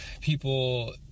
people